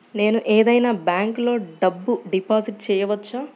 నేను ఏదైనా బ్యాంక్లో డబ్బు డిపాజిట్ చేయవచ్చా?